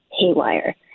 haywire